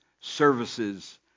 services